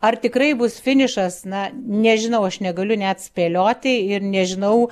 ar tikrai bus finišas na nežinau aš negaliu net spėlioti ir nežinau